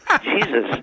Jesus